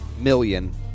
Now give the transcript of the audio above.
million